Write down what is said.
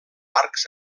arcs